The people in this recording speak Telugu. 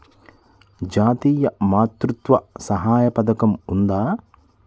జాతీయ మాతృత్వ సహాయ పథకం ఉందా?